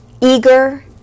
eager